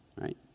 right